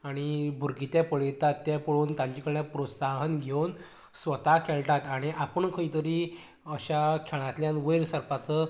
आनी भुरगीं तें पळयतात तें पळोवन तांचे कडल्यान प्रोत्साहन घेवन स्वता खेळटात आनी आपूण खंय तरी अश्या खेळांतल्यान वयर सरपाचो